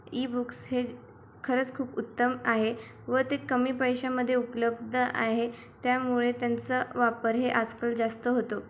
E books हे खरंच खूप उत्तम आहे व ते कमी पैशामध्ये उपलब्ध आहे त्यामुळे त्यांचा वापर हे आजकाल जास्त होतो